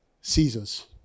Caesar's